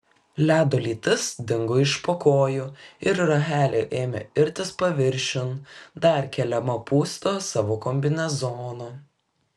ledo lytis dingo iš po kojų ir rachelė ėmė irtis paviršiun dar keliama pūsto savo kombinezono